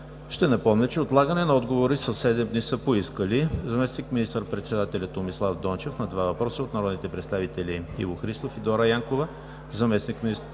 ще напомня, че отлагане на отговори със седем дни са поискали: - заместник министър-председателят Томислав Дончев – на два въпроса от народните представители Иво Христов; и Дора Янкова; - заместник